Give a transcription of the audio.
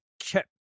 kept